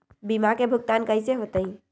बीमा के भुगतान कैसे होतइ?